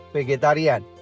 Vegetarian